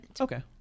okay